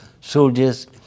soldiers